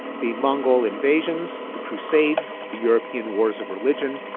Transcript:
the mongol invasions, the crusades, the european wars of religion,